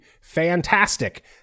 fantastic